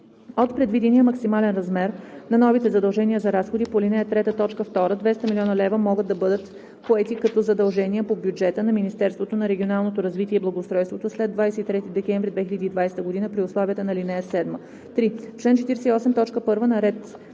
От предвидения максимален размер на новите задължения за разходи по ал. 3, т. 2, 200 млн. лв. могат да бъдат поети като задължения по бюджета на Министерството на регионалното развитие и благоустройството след 23 декември 2020 г. при условията на ал. 7.“ 3. В чл. 48, т. 1 на ред